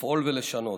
לפעול ולשנות.